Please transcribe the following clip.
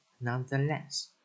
nonetheless